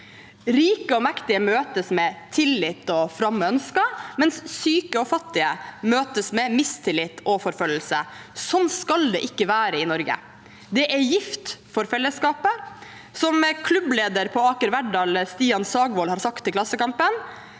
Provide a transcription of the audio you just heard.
Rike og mektige møtes med tillit og fromme ønsker, mens syke og fattige møtes med mistillit og forfølgelse. Sånn skal det ikke være i Norge. Det er gift for fellesskapet, som klubbleder på Aker Verdal Stian Sagvold har sagt til Klassekampen: